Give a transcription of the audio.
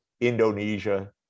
Indonesia